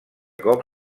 cop